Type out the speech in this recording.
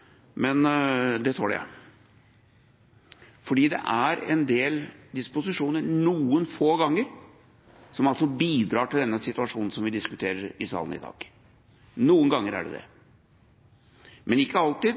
men det tåler jeg! Det er en del disposisjoner noen få ganger som bidrar til denne situasjonen som vi diskuterer i salen i dag – noen ganger er det det, men ikke alltid.